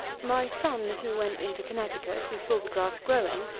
my son, who went into connecticut, who saw the grass growing,